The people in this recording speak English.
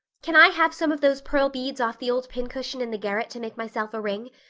can i have some of those pearl beads off the old pincushion in the garret to make myself a ring?